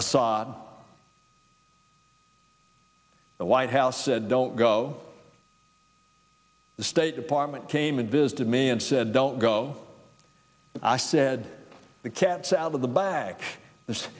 assad the white house said don't go the state department came and visited me and said don't go i said the cat's out of the bag there's